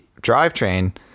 drivetrain